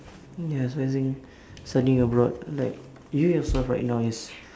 ya so I think studying abroad like you yourself right now is